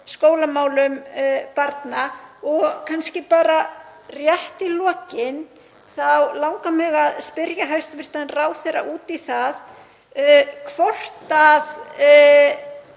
skólamálum barna. Og kannski rétt í lokin þá langar mig að spyrja hæstv. ráðherra út í það hvort að